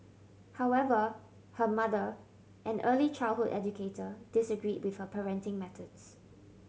however her mother an early childhood educator disagreed with her parenting methods